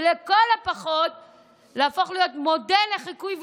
ולכל הפחות להפוך להיות מודל לחיקוי,